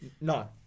No